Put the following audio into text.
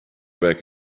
back